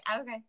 okay